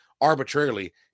arbitrarily